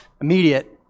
immediate